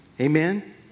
Amen